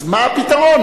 מה הפתרון?